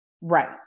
right